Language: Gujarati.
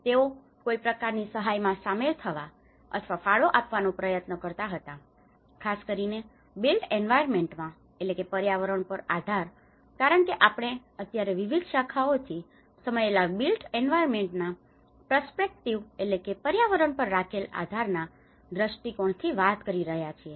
તેઓ કોઈ પ્રકારની સહાયમાં સામેલ થવા અથવા ફાળો આપવાનો પ્રયત્ન કરતા હતાં ખાસ કરીને બિલ્ટ એન્વાયરમેન્ટમાં built environment પર્યાવરણ પર આધાર કારણ કે આપણે અત્યારે વિવિધ શાખાઓથી સમાયેલા બિલ્ટ એન્વાયરમેન્ટના પર્સ્પેક્ટિવથી built environment perspective પર્યાવરણ પર રાખેલા આધારના દ્રષ્ટિકોણથી વાત કરી રહ્યા છીએ